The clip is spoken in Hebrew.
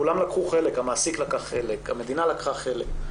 המעסיק לוקח חלק, המדינה לוקחת חלק,